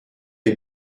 est